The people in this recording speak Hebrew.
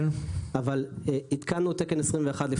התקנו את תקן 21,